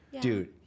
Dude